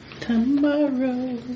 Tomorrow